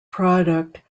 product